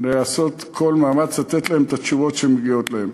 את התשובות שמגיעות להם.